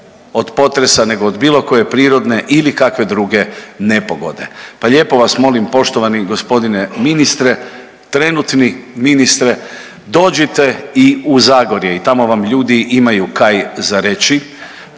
od potresa nego do bilo koje prirodne ili kakve druge nepogode. Pa lijepo vas molim poštovani gospodine ministre, trenutni ministre dođite i u Zagorje i tamo vam ljudi imaju kaj za reći.